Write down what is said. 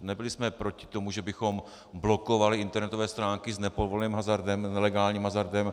Nebyli jsme proti tomu, že bychom blokovali internetové stránky s nepovoleným hazardem, nelegálním hazardem.